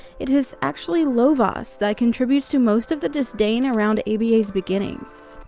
it is actually lovaas that contributes to most of the disdain around aba's beginnings.